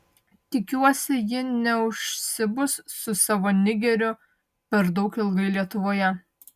tikiuosi ji neužsibus su savo nigeriu per daug ilgai lietuvoje